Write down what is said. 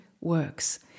works